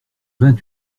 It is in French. vingt